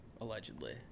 allegedly